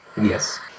Yes